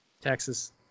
Texas